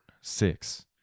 six